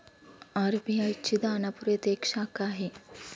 RBI ची दानापूर येथे एक शाखा आहे